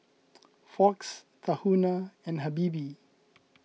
Fox Tahuna and Habibie